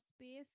space